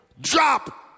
drop